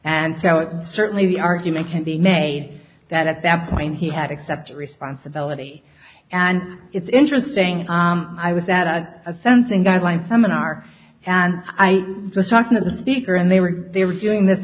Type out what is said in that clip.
and so it's certainly the argument can be made that at that point he had accepted responsibility and it's interesting i was at a sensing guideline seminar and i was talking to the speaker and they were they were doing this